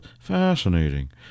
Fascinating